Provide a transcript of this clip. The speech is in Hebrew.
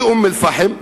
באום-אל-פחם,